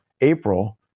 April